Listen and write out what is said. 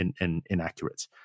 inaccurate